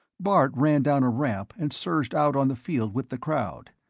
bart ran down a ramp and surged out on the field with the crowd.